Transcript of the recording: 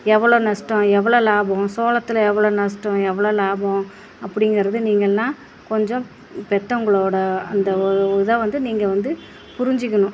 எவ்வளோ நஷ்டம் எவ்வளோ லாபம் சோளத்தில் எவ்வளோ நஷ்டம் எவ்வளோ லாபம் அப்படிங்கிறது நீங்கள்லாம் கொஞ்சம் பெற்றவங்களோட அந்த ஓ ஒரு இதை வந்து நீங்கள் வந்து புரிஞ்சுக்கணும்